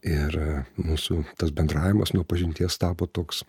ir mūsų tas bendravimas nuo pažinties tapo toks